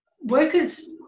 workers